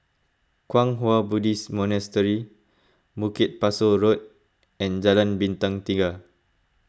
Kwang Hua Buddhist Monastery Bukit Pasoh Road and Jalan Bintang Tiga